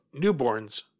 newborns